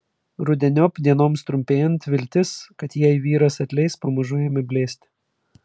rudeniop dienoms trumpėjant viltis kad jai vyras atleis pamažu ėmė blėsti